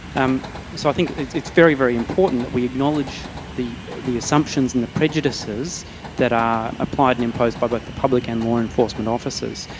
um so i think it's it's very, very important that we acknowledge the the assumptions and the prejudices that are applied and imposed by both the public and law enforcement officers.